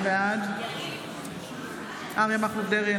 בעד אריה מכלוף דרעי,